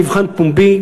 למבחן פומבי,